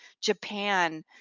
Japan